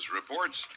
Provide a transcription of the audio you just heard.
reports